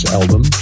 album